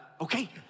Okay